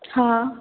हा